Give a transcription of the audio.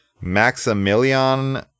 Maximilian